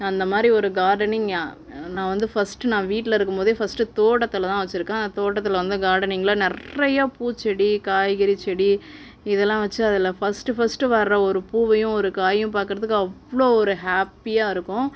அந்தமாதிரி ஒரு கார்டனிங் என் நான் வந்து ஃபஸ்ட் நான் வீட்டிலிருக்கும்போதே ஃபஸ்ட் தோட்டத்தில் தான் வச்சுருக்கேன் அந்த தோட்டத்தில் வந்து கார்டனிங்கில் நிறையா பூச்செடி காய்கறி செடி இதுலாம் வச்சு அதில் ஃபஸ்ட் ஃபஸ்ட் வர ஒரு பூவையும் ஒரு காயையும் பார்க்குறதுக்கு அவ்வளோ ஒரு ஹாப்பியாக இருக்கும்